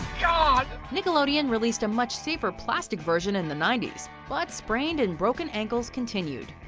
nickelodeon released a much safer plastic version in the ninety s, but sprained and broken ankles continued,